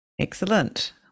Excellent